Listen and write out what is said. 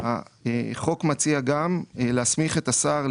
החוק מציע גם להסמיך את השר,